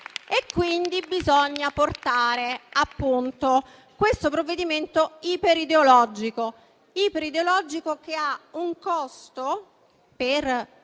e quindi bisogna portare a punto questo provvedimento iperideologico, che ha un costo